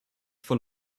full